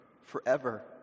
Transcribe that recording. forever